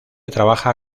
trabaja